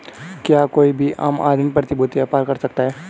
क्या कोई भी आम आदमी प्रतिभूती व्यापार कर सकता है?